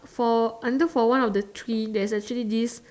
for under for one of the tree there's actually this